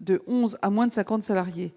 de 11 à moins de 50 salariés.